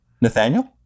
Nathaniel